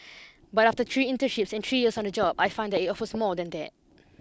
but after three internships and three years on the job I find that it offers more than that